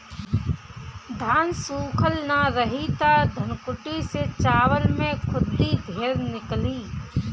धान सूखल ना रही त धनकुट्टी से चावल में खुद्दी ढेर निकली